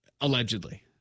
Allegedly